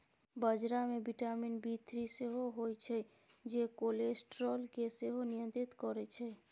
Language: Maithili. बजरा मे बिटामिन बी थ्री सेहो होइ छै जे कोलेस्ट्रॉल केँ सेहो नियंत्रित करय छै